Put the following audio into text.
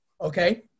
Okay